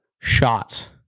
shots